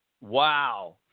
Wow